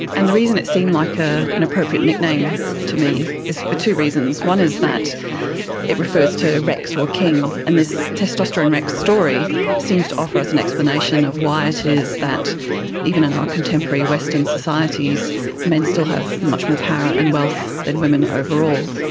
and the reason it seemed like ah an appropriate nickname to me is for two reasons. one is that it refers to rex or king, and this testosterone rex story seems to offer us an explanation of why it is that even in our contemporary western societies men still have much more power and wealth than women overall.